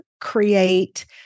create